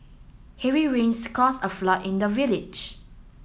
heavy rains caused a flood in the village